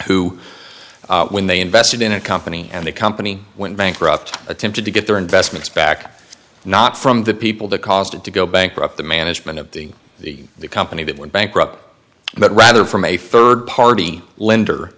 who when they invested in a company and the company went bankrupt attempted to get their investments back not from the people that caused it to go bankrupt the management of the the the company that went bankrupt but rather from a rd party lend